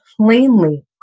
plainly